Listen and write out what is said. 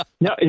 No